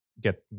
get